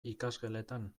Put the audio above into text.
ikasgeletan